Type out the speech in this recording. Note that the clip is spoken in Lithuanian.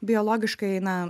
biologiškai na